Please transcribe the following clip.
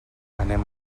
anem